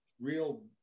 real